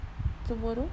tomorrow